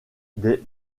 des